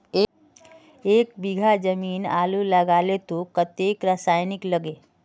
एक बीघा जमीन आलू लगाले तो कतेक रासायनिक लगे?